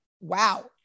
Wow